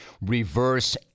reverse